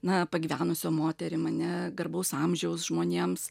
na pagyvenusiom moterim ane garbaus amžiaus žmonėms